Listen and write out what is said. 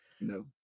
No